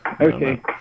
okay